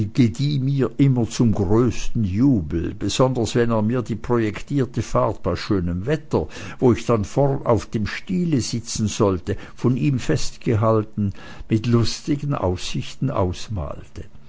mir immer zum größten jubel besonders wenn er mir die projektierte fahrt bei schönem wetter wo ich dann vorn auf dem stiele sitzen sollte von ihm festgehalten mit lustigen aussichten ausmalte